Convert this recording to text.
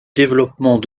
développement